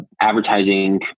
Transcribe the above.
advertising